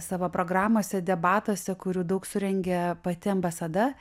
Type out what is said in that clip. savo programose debatuose kurių daug surengė pati ambasada